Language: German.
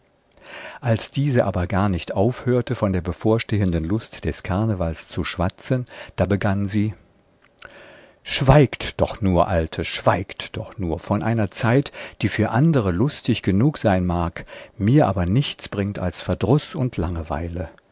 als diese aber gar nicht aufhörte von der bevorstehenden lust des karnevals zu schwatzen da begann sie schweigt doch nur alte schweigt doch nur von einer zeit die für andere lustig genug sein mag mir aber nichts bringt als verdruß und langeweile